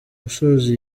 gusoza